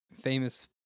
famous